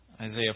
Isaiah